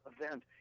event